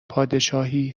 پادشاهی